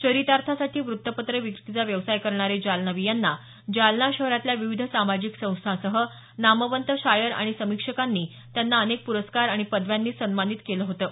चरितार्थासाठी व्तत्तपत्र विक्रीचा व्यवसाय करणारे जालनवी यांना जालना शहरातल्या विविध सामाजिक संस्थांसह नामवंत शायर आणि समीक्षकांनी त्यांना अनेक पुरस्कार आणि पदव्यांनी सन्मानित केलं होतं